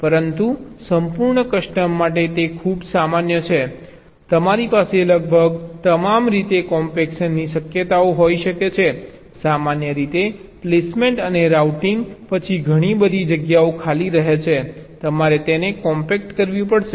પરંતુ સંપૂર્ણ કસ્ટમ માટે તે ખૂબ જ સામાન્ય છે તમારી પાસે લગભગ તમામ રીતે કોમ્પેક્શનની શક્યતાઓ હોઈ શકે છે સામાન્ય રીતે પ્લેસમેન્ટ અને રાઉટિંગ પછી ઘણી બધી જગ્યા ખાલી રહે છે તમારે તેને કોમ્પેક્ટ કરવી પડશે